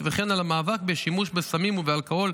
וכן על המאבק בשימוש בסמים ובאלכוהול,